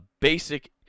basic